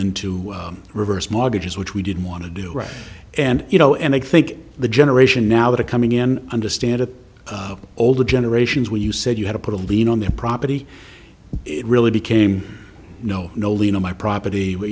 into reverse mortgages which we didn't want to do and you know and i think the generation now that are coming in understand it older generations when you said you had to put a lien on the property it really became no no lino my property where